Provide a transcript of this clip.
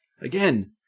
Again